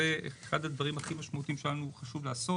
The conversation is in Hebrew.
זה אחד הדברים הכי משמעותיים שהיה לנו חשוב לעשות.